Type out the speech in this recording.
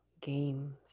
games